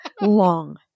long